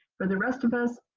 for the rest of us,